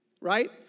Right